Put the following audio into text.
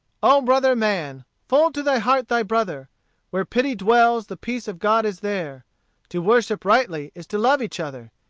o brother man! fold to thy heart thy brother where pity dwells the peace of god is there to worship rightly is to love each other,